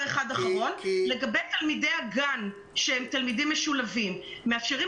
לגבי תלמידי הגן שהם תלמידים משולבים - מאפשרים